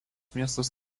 miestas